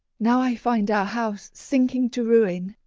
now i find our house sinking to ruin.